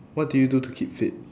what do you do to keep fit